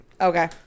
Okay